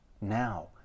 now